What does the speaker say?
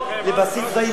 לבסיס צבאי,